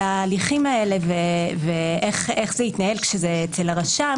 ההליכים האלה ועל איך זה יתנהל אצל הרשם,